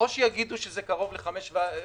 או יגידו שזה קרוב ל-5.10,